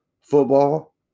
football